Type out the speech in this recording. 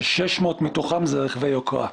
ש-600 מתוכם הם רכבי יוקרה.